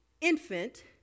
infant